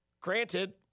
Granted